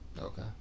okay